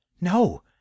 No